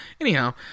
Anyhow